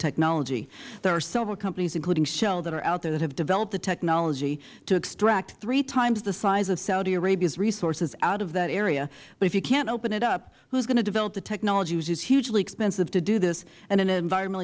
technology there are several companies including shell that are out there that have developed the technology to extract three times the size of saudi arabia's resources out of that area but if you can't open it up who is going to develop the technology which is hugely expensive to do this in an environment